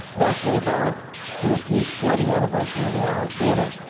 asked me if i would do a piece for the anniversary of the alley theatre.